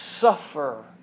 suffer